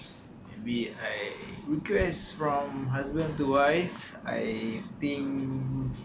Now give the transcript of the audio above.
maybe I request from husband to wife I think